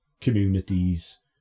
communities